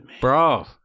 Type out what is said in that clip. Bro